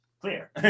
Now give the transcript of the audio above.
clear